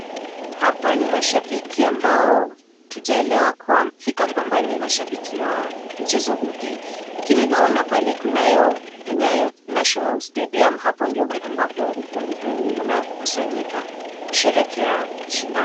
Hapa ni mashabiki ambao hatujaelewa kuwa fika kwamba ni mashabiki wa mchezo upi lakini naona pale kunayo Nyayo Nationa Stadium, hapo ndio ukumbi huu unakusanyika kusherehekea shindano.